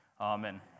Amen